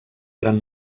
gran